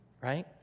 right